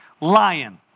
lion